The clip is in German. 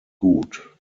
gut